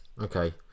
okay